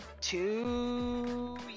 two